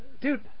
Dude